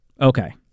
okay